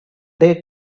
they